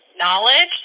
knowledge